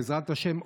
בעזרת השם,